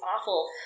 awful